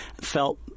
felt